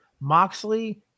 Moxley